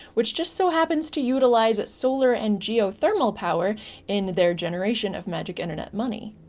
which just so happens to utilize solar and geothermal power in their generation of magic internet money.